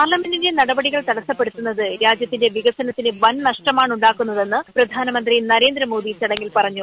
പാർലമെന്റിന്റെ നടപടികൾ തടസ്സ്ക്കപ്പെടുന്ന്ത് രാജ്യത്തിന്റെ വികസനത്തിന് വൻനഷ്ടമാണെന്ന് പ്രധാനമന്ത്രി നരേന്ദ്ര് മോദി ചടങ്ങിൽ പറഞ്ഞു